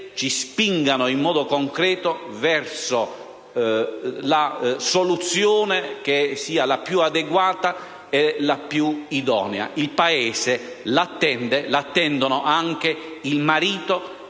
ci spingano in maniera concreta verso una soluzione che sia la più adeguata e la più idonea. Il Paese l'attende, così come